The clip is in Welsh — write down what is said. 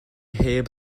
heb